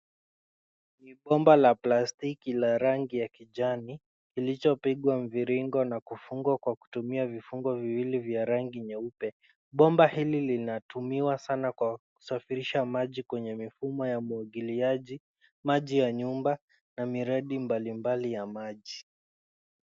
Ni bomba la plastiki la rangi ya kijani, lililopigwa mviringo na kufungwa kwa kutumia vifungo viwili vya rangi nyeupe. Bomba hili linatumiwa sana kwa kusafirisha maji kwenye mifumo ya umwagiliaji, maji ya nyumba na miradi mbalimbali ya maji.